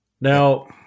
Now